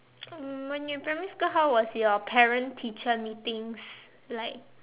um when you in primary school how was your parent teacher meetings like